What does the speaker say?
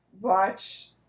watch